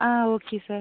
okay sir